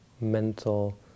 mental